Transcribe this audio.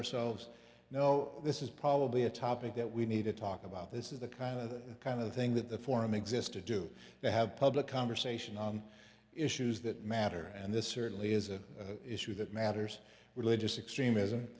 ourselves no this is probably a topic that we need to talk about this is the kind of kind of thing that the forum existed do to have public conversation on issues that matter and this certainly is an issue that matters religious extremism